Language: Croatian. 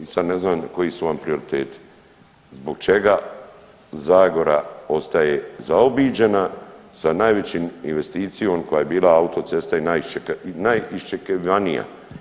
Sad ne znam koji su vam prioriteti, zbog čega Zagora ostaje zaobiđena sa najvećom investicijom koja je bila autocesta i najiščekivanija.